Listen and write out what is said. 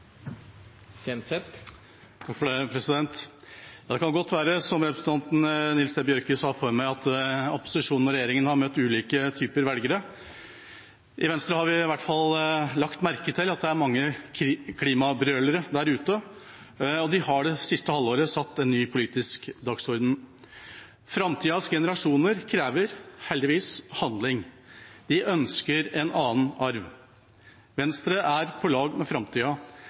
Nils T. Bjørke sa før meg, at opposisjonen og regjeringa har møtt ulike typer velgere. I Venstre har vi i hvert fall lagt merke til at det er mange klimabrølere der ute, og de har det siste halvåret satt en ny politisk dagsorden. Framtidas generasjoner krever – heldigvis – handling. De ønsker en annen arv. Venstre er på lag med framtida.